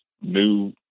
new